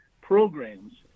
programs